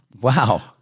Wow